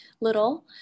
little